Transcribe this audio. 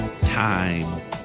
time